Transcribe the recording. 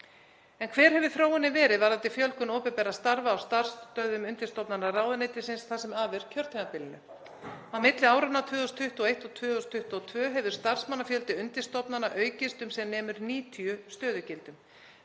En hver hefur þróunin verið varðandi fjölgun opinberra starfa á starfsstöðvum undirstofnana ráðuneytisins það sem af er kjörtímabilinu? Á milli áranna 2021 og 2022 hefur starfsmannafjöldi undirstofnana aukist sem nemur 90 stöðugildum.